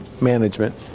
management